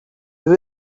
who